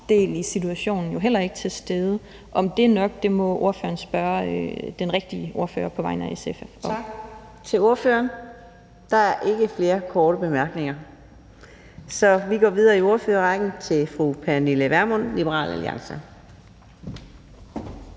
del i situationen jo heller ikke til stede. Om det er nok, må ordføreren spørge SF's rigtige ordfører på området om. Kl. 12:15 Fjerde næstformand (Karina Adsbøl): Tak til ordføreren. Der er ikke flere korte bemærkninger, så vi går videre i ordførerrækken til fru Pernille Vermund, Liberal Alliance.